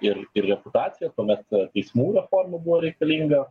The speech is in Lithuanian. ir ir reputaciją tuomet teismų reforma buvo reikalinga